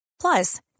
Plus